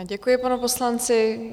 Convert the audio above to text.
Děkuji panu poslanci.